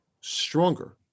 stronger